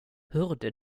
hörde